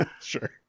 Sure